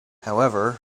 however